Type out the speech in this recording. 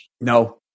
No